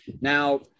Now